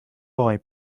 boy